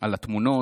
על התמונות,